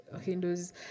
Hindus